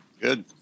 Good